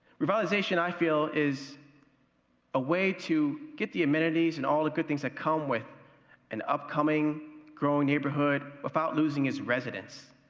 revitalization, i feel, is a way to get the amenities and all the good things that come with an upcoming growing neighborhood without losing its residence.